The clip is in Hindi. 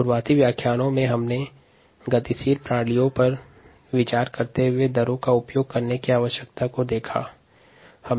शुरुवात के व्याख्यानों में गतिशील तंत्र पर दर के संबंध पर चर्चा हुई